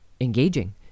engaging